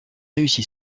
réussi